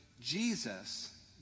Jesus